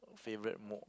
favourite